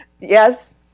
Yes